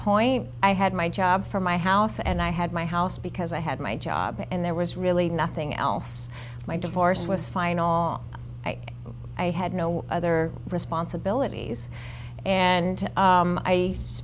point i had my job for my house and i had my house because i had my job and there was really nothing else my divorce was final i had no other responsibilities and